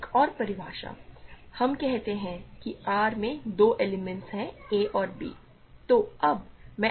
एक और परिभाषा हम कहते हैं कि R में दो एलिमेंट्स हैं a और b